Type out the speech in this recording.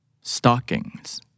stockings